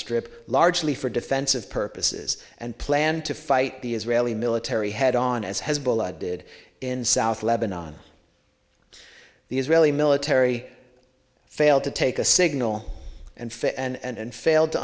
strip largely for defensive purposes and plan to fight the israeli military head on as hezbollah did in south lebanon the israeli military failed to take a signal and fit and failed to